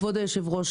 כבוד היושב-ראש,